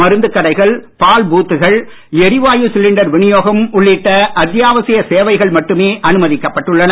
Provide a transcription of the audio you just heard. மருந்துகடைகள் பால் பூத்துக்கள் எரிவாயு சிலிண்டர் விநியோகம் உள்ளிட்ட அத்தியாவசியப் சேவைகள் மட்டுமே அனுமதிக்கப்பட்டுள்ளன